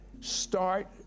start